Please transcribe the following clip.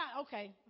okay